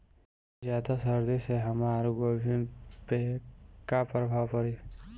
ज्यादा सर्दी से हमार गोभी पे का प्रभाव पड़ी?